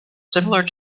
similar